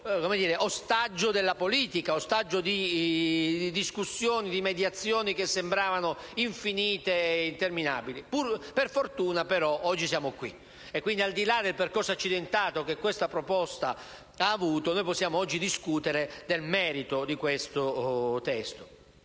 ostaggio della politica, di discussioni e mediazioni che sembravano infinite ed interminabili. Per fortuna, oggi siamo qui e, al di là del percorso accidentato che questa proposta ha avuto, possiamo discutere del suo merito.